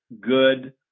good